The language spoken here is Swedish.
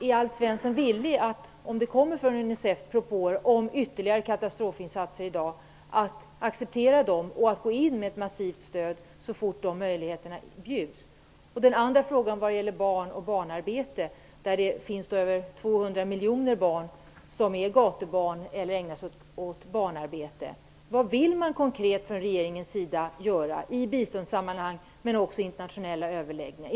Är Alf Svensson villig att om det kommer propåer från Unicef om ytterligare insatser i dag att acceptera dem och gå in med ett massivt stöd så fort möjligheterna bjuds? Jag har ett par frågor vad gäller barn och barnarbete. Det finns över 200 miljoner gatubarn eller barnarbetare. Vad vill man konkret göra från regeringens sida i biståndssammanhang men också i internationella överläggningar?